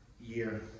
year